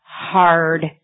hard